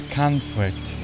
conflict